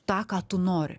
tą ką tu nori